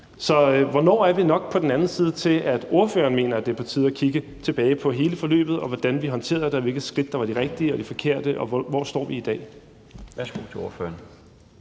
Hvornår er vi nok på den anden side til, at ordføreren mener, at det er på tide at kigge tilbage på hele forløbet, hvordan vi håndterede det, hvilke skridt der var de rigtige, og hvilke der var de forkerte, og hvor vi står i dag? Kl. 15:23 Den fg.